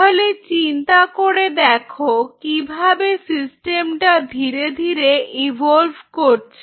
তাহলে চিন্তা করে দেখো কিভাবে সিস্টেমটা ধীরে ধীরে ইভোল্ভ করছে